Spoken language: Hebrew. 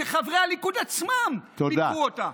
שחברי הליכוד עצמם ביקרו אותה.